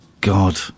God